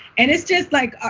and it's just like,